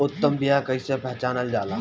उत्तम बीया कईसे पहचानल जाला?